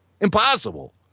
Impossible